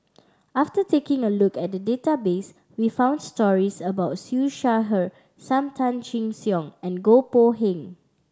after taking a look at the database we found stories about Siew Shaw Her Sam Tan Chin Siong and Goh Poh Seng